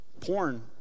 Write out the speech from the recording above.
Porn